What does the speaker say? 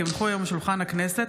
כי הונחו היום על שולחן הכנסת,